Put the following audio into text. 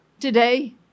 today